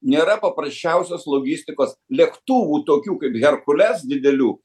nėra paprasčiausios logistikos lėktuvų tokių kaip hercules didelių